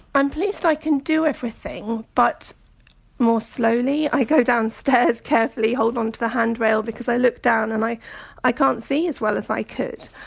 i'm pleased i can do everything but more slowly, i go down stairs carefully, hold on to the handrail, because i look down and i i can't see as well as i could.